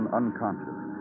unconscious